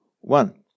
one